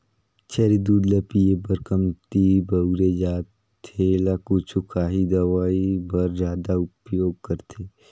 छेरी दूद ल पिए बर कमती बउरे जाथे एला कुछु काही दवई बर जादा उपयोग करथे